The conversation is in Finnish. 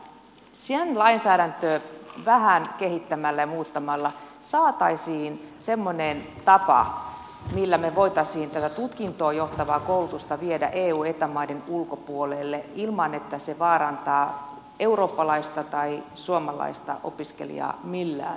sen lainsäädäntöä vähän kehittämällä ja muuttamalla saataisiin semmoinen tapa millä me voisimme tätä tutkintoon johtavaa koulutusta viedä eu eta maiden ulkopuolelle ilman että se vaarantaa eurooppalaista tai suomalaista opiskelijaa millään tavalla